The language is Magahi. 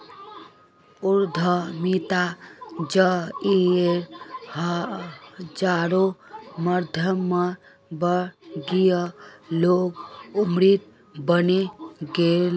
उद्यमिता जरिए हजारों मध्यमवर्गीय लोग अमीर बने गेले